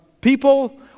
people